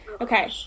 okay